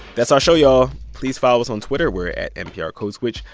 that's our show, y'all. please follow us on twitter. we're at nprcodeswitch.